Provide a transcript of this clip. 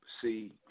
see